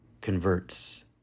converts